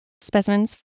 specimens